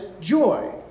joy